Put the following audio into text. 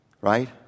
Right